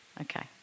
Okay